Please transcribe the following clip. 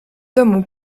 domu